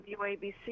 WABC